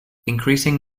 increasing